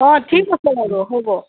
অঁ ঠিক আছে বাৰু হ'ব